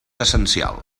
essencial